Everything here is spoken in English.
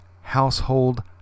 household